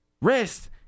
Rest